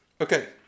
Okay